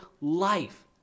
life